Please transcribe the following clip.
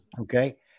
Okay